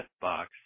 box